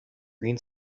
green